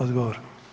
Odgovor.